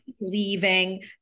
leaving